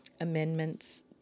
amendments